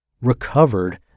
recovered